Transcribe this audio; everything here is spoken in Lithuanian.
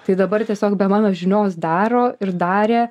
tai dabar tiesiog be mano žinios daro ir darė